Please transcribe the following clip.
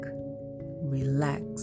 relax